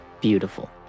Beautiful